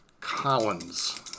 Collins